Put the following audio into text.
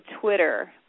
Twitter